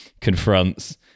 confronts